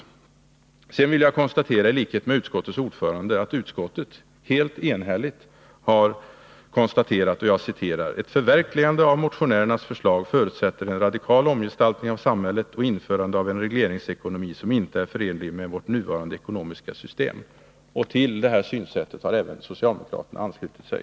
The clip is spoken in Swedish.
Slutligen vill jag i likhet med utskottets ordförande konstatera att utskottet varit helt enhälligt när det skrivit om vpk-motionen: ”Ett förverkligande av motionärernas förslag förutsätter en radikal omgestaltning av samhället och införande av en regleringsekonomi som inte är förenlig med vårt nuvarande ekonomiska system.” Till det synsättet har alltså även socialdemokraterna anslutit sig.